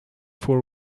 for